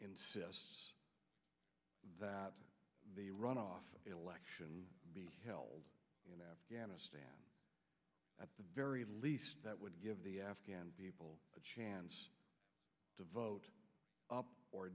insists that the runoff election be held in afghanistan at the very least that would give the afghan people a chance to vote up or